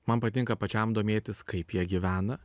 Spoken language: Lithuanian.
man patinka pačiam domėtis kaip jie gyvena